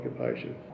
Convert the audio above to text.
occupation